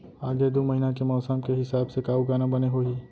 आगे दू महीना के मौसम के हिसाब से का उगाना बने होही?